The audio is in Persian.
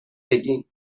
بگین